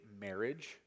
marriage